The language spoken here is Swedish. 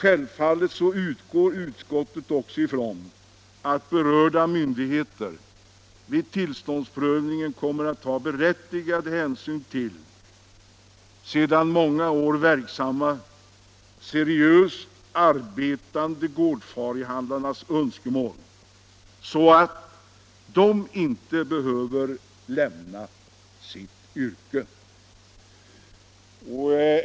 Självfallet utgår utskottet också ifrån att berörda myndigheter vid tillståndsprövningen kommer att ta berättigad hänsyn till de sedan många år verksamma seriöst arbetande gårdfarihandlarnas önskemål, så att de inte behöver lämna sitt yrke.